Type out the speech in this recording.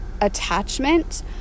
attachment